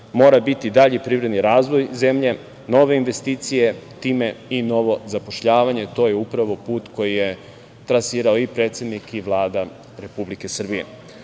mora biti dalji privredni razvoj zemlje, nove investicije, time i novo zapošljavanje. To je upravo put koji je trasirao i predsednik i Vlada Republike Srbije. Pored